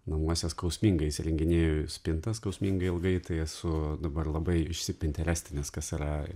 namuose skausmingai įsirenginėju spintą skausmingai ilgai tai esu dabar labai išsipinterestinęs kas yra